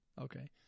Okay